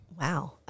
Wow